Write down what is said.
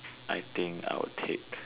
I think I would take